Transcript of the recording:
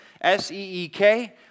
S-E-E-K